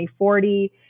2040